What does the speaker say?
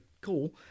cool